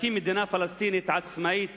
להקים מדינה פלסטינית עצמאית